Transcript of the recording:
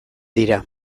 dira